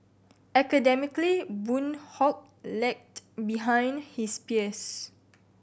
academically Boon Hock lagged behind his peers